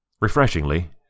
Refreshingly